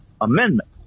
Amendment